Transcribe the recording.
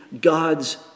God's